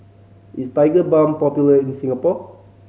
is Tigerbalm popular in Singapore